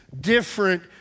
different